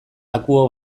aequo